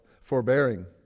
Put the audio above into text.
Forbearing